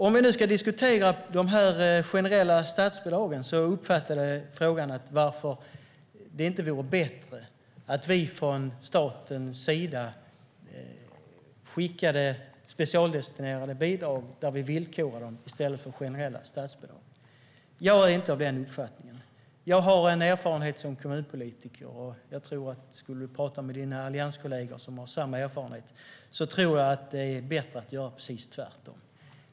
Om vi nu ska diskutera de generella statsbidragen uppfattade jag frågan som att om det inte vore bättre att vi från statens sida skickade specialdestinerade bidrag som vi villkorar i stället för generella statsbidrag. Jag är inte av den uppfattningen. Jag har en erfarenhet som kommunpolitiker, och jag tror att om du skulle tala med dina allianskollegor som har samma erfarenhet skulle du få höra att det är bättre att göra precis tvärtom.